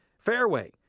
fairway,